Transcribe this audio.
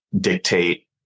dictate